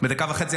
בדקה וחצי,